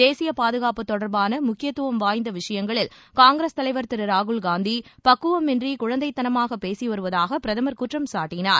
தேசிய பாதுகாப்பு தொடர்பான முக்கியத்துவம் வாய்ந்த விஷயங்களில் காங்கிரஸ் தலைவர் திரு ராகுல் காந்தி பக்குவமின்றி குழந்தைத் தனமாக பேசி வருவதாக பிரதமர் குற்றம் சாட்டினார்